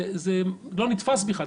זה לא נתפס בכלל.